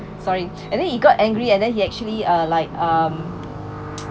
sorry and then he got angry and then he actually uh like um